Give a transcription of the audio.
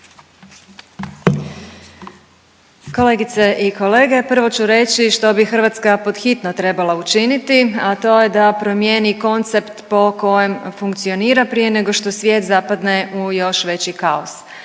Kolegice i kolege, prvo ću reći što bi Hrvatska pod hitno trebala učiniti, a to je da promijeni koncept po kojem funkcionira prije nego što svijet zapadne u još veći kaos.